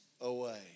away